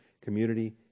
community